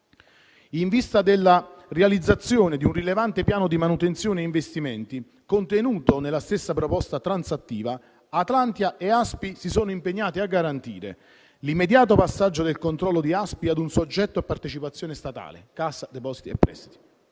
In vista della realizzazione di un rilevante piano di manutenzione e investimenti, contenuto nella stessa proposta transattiva, Atlantia e ASPI si sono impegnate a garantire: l'immediato passaggio del controllo di ASPI ad un soggetto a partecipazione statale (Cassa depositi e prestiti);